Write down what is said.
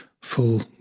full